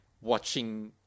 watching